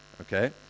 okay